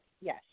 yes